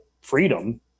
freedom